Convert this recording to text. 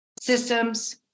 systems